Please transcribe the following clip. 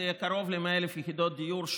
זה יהיה קרוב ל-100,000 יחידות דיור,